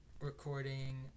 recording